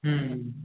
হুম